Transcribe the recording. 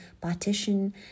partition